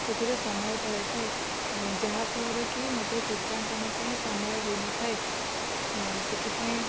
ସେଥିରେ ସମୟ ପଳେଇ ଥାଏ ଯାହାଫଳରେ କି ମତେ ଚିତ୍ରାଙ୍କନ ପାଇଁ ସମୟ ହୋଇନଥାଏ ସେଥିପାଇଁ